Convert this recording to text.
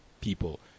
people